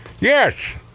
Yes